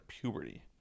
puberty